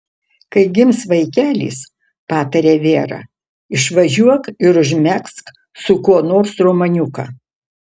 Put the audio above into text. kai gims vaikelis patarė vera išvažiuok ir užmegzk su kuo nors romaniuką